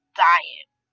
diet